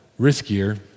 riskier